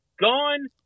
gone